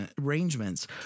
arrangements